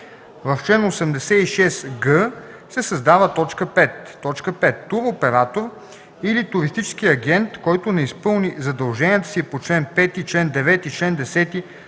В чл. 86г се създава т. 5: „5. туроператор или туристически агент, който не изпълни задълженията си по чл. 5, чл. 9, чл. 10,